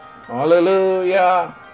hallelujah